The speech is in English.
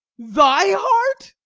thy heart!